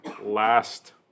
last